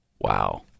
Wow